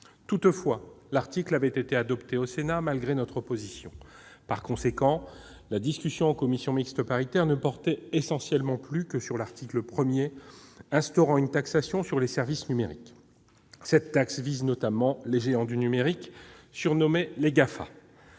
Toutefois, cet article avait été adopté par le Sénat, malgré notre opposition. Par conséquent, la discussion en commission mixte paritaire portait essentiellement sur l'article 1, instaurant une taxation sur les services numériques. Cette taxe vise notamment les géants du numérique, surnommés les GAFA.